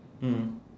mm